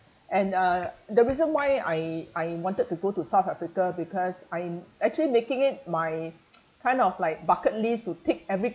and uh the reason why I I wanted to go to south africa because I'm actually making it my kind of like bucket list to tick every